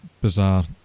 bizarre